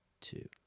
two